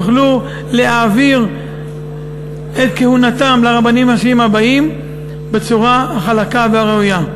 יוכלו להעביר את כהונתם לרבנים הראשיים הבאים בצורה החלקה והראויה.